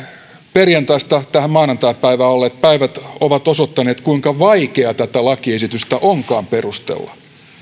perjantaista tähän maanantaipäivään ovat osoittaneet kuinka vaikea tätä lakiesitystä onkaan perustella